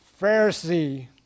Pharisee